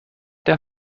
der